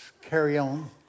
carry-on